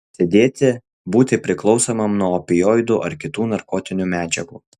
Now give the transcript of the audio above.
sėdėti būti priklausomam nuo opioidų ar kitų narkotinių medžiagų